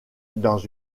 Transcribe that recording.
dans